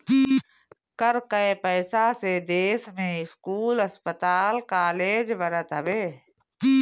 कर कअ पईसा से देस में स्कूल, अस्पताल कालेज बनत हवे